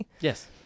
Yes